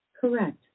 Correct